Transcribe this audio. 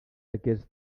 aquest